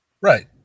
Right